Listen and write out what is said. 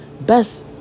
best